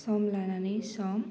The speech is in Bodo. सम लानानै सम